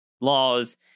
laws